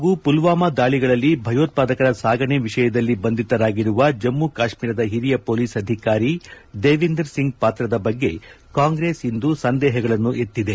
ಸಂಸತ್ ಹಾಗೂ ಪುಲ್ಹಾಮಾ ದಾಳಿಗಳಲ್ಲಿ ಭಯೋತ್ವಾದಕರ ಸಾಗಣೆ ವಿಷಯದಲ್ಲಿ ಬಂಧಿತರತಗಿರುವ ಜಮ್ನು ಕಾತ್ನೀರದ ಹಿರಿಯ ಪೊಲೀಸ್ ಅಧಿಕಾರಿ ದೇವಿಂದರ್ ಸಿಂಗ್ ಪಾತ್ರದ ಬಗ್ಗೆ ಕಾಂಗ್ರೆಸ್ ಇಂದು ಸಂದೇಹಗಳನ್ನು ಎತ್ತಿದೆ